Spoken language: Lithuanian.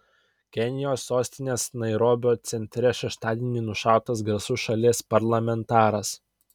kenijos sostinės nairobio centre šeštadienį nušautas garsus šalies parlamentaras